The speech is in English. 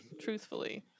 Truthfully